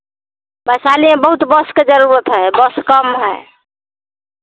वैशाली में बहुत बस का ज़रुरत है बस कम है